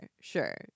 sure